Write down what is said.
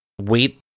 Wait